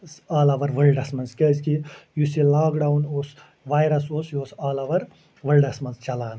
آل over worlds منٛز کیٛازِ کہِ یُس یہِ لاک ڈاوُن اوس وایرس اوس یہِ اوس آل اَور وٲلڈس منٛز چَلان